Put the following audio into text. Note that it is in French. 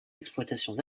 exploitations